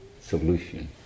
solution